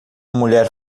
mulher